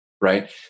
right